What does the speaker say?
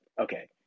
okay